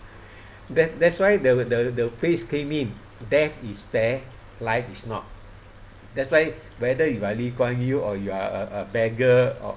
that that's why the the phrase came in death is fair life is not that's why whether you are lee kuan yew or you are a a beggar or